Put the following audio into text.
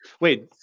Wait